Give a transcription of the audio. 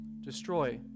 Destroy